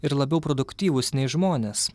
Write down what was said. ir labiau produktyvūs nei žmonės